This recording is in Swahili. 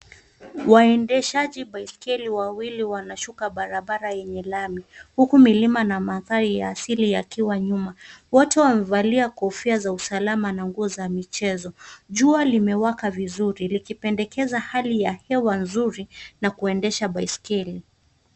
Waendeshaji baiskeli wawili wanashuka barabara yenye lami, huku milima na mandhari ya asili yakiwa nyuma. Wote wamevalia kofia za usalama na nguo za michezo. Jua limewaka vizuri, likipendekeza hali ya hewa nzuri na kuendesha baiskeli.